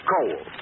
Coal